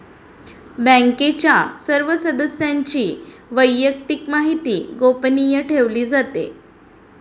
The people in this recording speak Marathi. बँकेच्या सर्व सदस्यांची वैयक्तिक माहिती गोपनीय ठेवली जाते